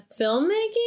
filmmaking